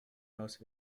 most